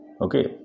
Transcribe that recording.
okay